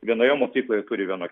vienoje mokykloje turi vienokias